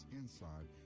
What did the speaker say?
inside